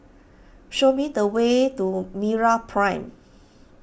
show me the way to MeraPrime